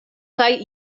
kaj